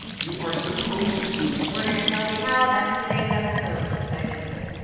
you are supposed to. we're going to tell you how. that's today's episode. let's dive into it.